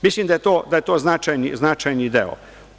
Mislim da je to značajni deo.